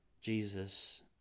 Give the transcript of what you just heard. Jesus